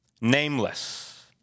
nameless